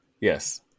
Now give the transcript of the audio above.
Yes